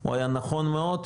הוא היה נכון מאוד,